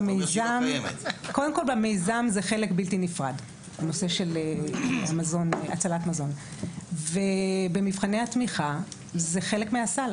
במיזם זה חלק בלתי נפרד הנושא של הצלת מזון ובמבחני התמיכה זה חלק מהסל,